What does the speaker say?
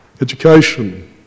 education